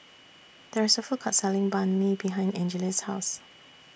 There IS A Food Court Selling Banh MI behind Angeles' House